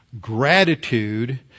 gratitude